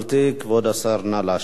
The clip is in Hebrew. כבוד השר, נא להשיב.